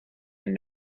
and